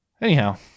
Anyhow